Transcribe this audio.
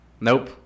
Nope